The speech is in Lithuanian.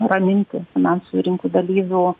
raminti finansinių rinkų dalyvių